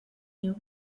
new